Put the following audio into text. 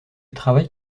travaille